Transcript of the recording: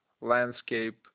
landscape